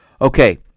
Okay